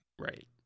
right